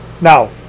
Now